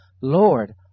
Lord